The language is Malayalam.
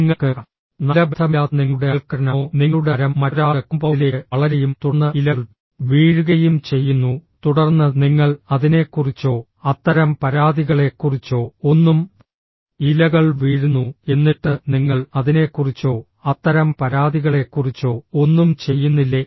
നിങ്ങൾക്ക് നല്ല ബന്ധമില്ലാത്ത നിങ്ങളുടെ അയൽക്കാരനാണോ നിങ്ങളുടെ മരം മറ്റൊരാളുടെ കോമ്പൌണ്ടിലേക്ക് വളരുകയും തുടർന്ന് ഇലകൾ വീഴുകയും ചെയ്യുന്നു തുടർന്ന് നിങ്ങൾ അതിനെക്കുറിച്ചോ അത്തരം പരാതികളെക്കുറിച്ചോ ഒന്നും ഇലകൾ വീഴുന്നു എന്നിട്ട് നിങ്ങൾ അതിനെക്കുറിച്ചോ അത്തരം പരാതികളെക്കുറിച്ചോ ഒന്നും ചെയ്യുന്നില്ലേ